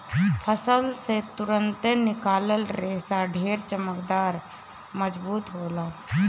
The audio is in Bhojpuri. फसल से तुरंते निकलल रेशा ढेर चमकदार, मजबूत होला